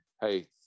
Hey